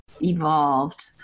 evolved